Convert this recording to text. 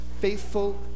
faithful